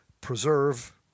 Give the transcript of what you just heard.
preserve